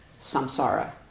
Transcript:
samsara